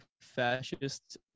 fascist